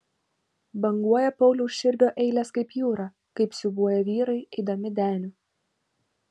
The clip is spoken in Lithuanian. banguoja pauliaus širvio eilės kaip jūra kaip siūbuoja vyrai eidami deniu